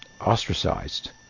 ostracized